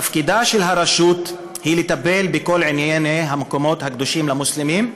תפקידה של הרשות הוא לטפל בכל ענייני המקומות הקדושים למוסלמים,